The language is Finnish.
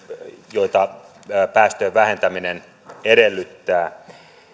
joita päästöjen vähentäminen edellyttää